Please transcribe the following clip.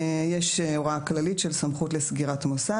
יש הוראה כללית של סמכות לסגירת מוסד